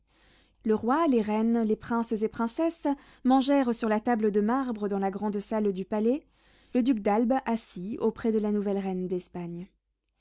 le roi les reines les princes et princesses mangèrent sur la table de marbre dans la grande salle du palais le duc d'albe assis auprès de la nouvelle reine d'espagne